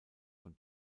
von